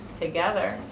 together